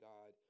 God